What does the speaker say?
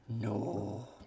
No